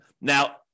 Now